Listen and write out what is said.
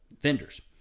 vendors